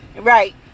right